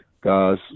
guys